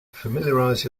familiarize